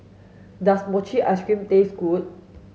does Mochi ice cream taste good